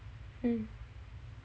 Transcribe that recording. mm